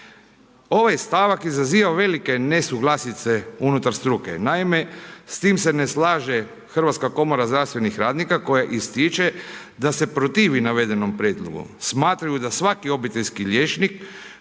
Ovaj stavak izaziva velike nesuglasice unutar struke, naime s tim se ne slaže Hrvatska komora zdravstvenih radnika koje ističe da se protivi navedenom prijedlogu. Smatraju da svaki obiteljski liječnik